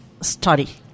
Study